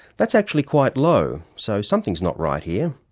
that's actually quite low, so something's not right here.